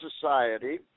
Society